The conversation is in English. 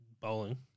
Bowling